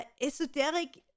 esoteric